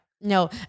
No